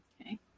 Okay